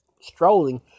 strolling